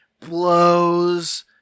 blows